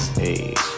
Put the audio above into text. hey